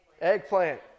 Eggplant